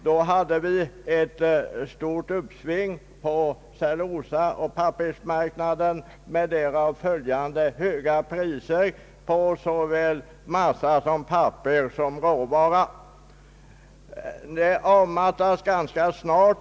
Då hade vi ett stort uppsving på cellulosaoch pappersmarknaden med därav följande höga priser på såväl massa och papper som råvara. Det avmattades ganska snart.